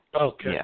Okay